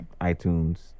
iTunes